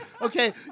Okay